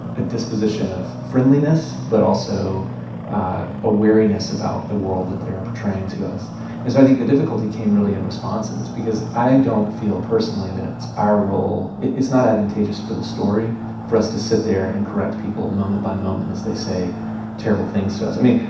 a disposition of friendliness but also a wariness about the world that they are portraying to us and so i think the difficulty came really in responses because i don't feel personally that it's our role it's not advantageous for the story for us to sit there and correct people moment by moment as they say terrible things to us. i mean,